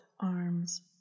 arms